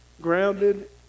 grounded